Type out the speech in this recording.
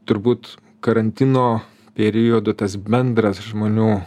turbūt karantino periodu tas bendras žmonių